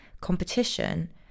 competition